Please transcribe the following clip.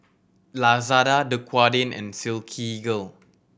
Lazada Dequadin and Silkygirl